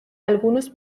algunos